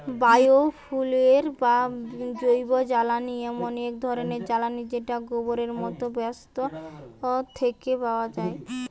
bio fuel বা জৈবজ্বালানি এমন এক ধরণের জ্বালানী যেটা গোবরের মতো বস্তু থিকে পায়া যাচ্ছে